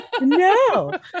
No